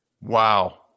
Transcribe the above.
Wow